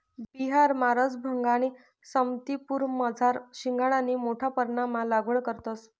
बिहारमा रसभंगा आणि समस्तीपुरमझार शिंघाडानी मोठा परमाणमा लागवड करतंस